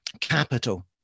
capital